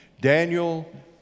Daniel